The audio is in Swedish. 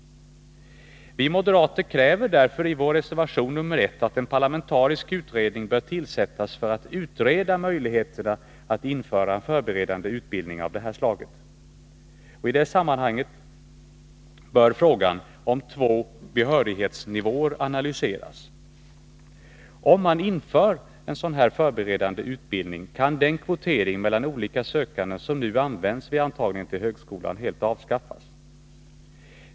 Vi moderater kräver därför i vår reservation 1 att en parlamentarisk utredning skall tillsättas för att utreda möjligheterna att införa en förberedande utbildning av detta slag. I det sammanhanget bör frågan om två behörighetsnivåer analyseras. Om man inför en sådan här förberedande utbildning kan den kvotering mellan olika sökande som nu används vid antagning till högskolan helt avskaffas.